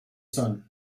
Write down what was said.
sun